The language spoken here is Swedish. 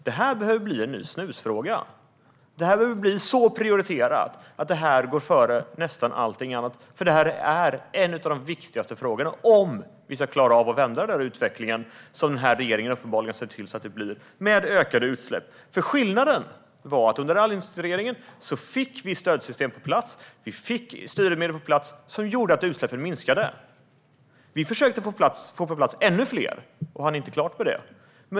Detta behöver bli en ny snusfråga. Detta behöver prioriteras så högt att det går före nästan allt annat. Denna fråga är en av de viktigaste om vi ska klara av att vända den utveckling, med ökade utsläpp, som denna regering uppenbarligen har sett till att skapa. Skillnaden var att vi under alliansregeringen fick stödsystem och styrmedel på plats som gjorde att utsläppen minskade. Vi försökte att få ännu fler saker på plats, men vi hann inte klart med det.